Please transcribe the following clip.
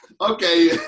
Okay